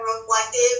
reflective